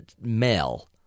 male